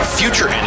future